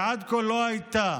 שעד כה לא הייתה